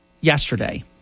yesterday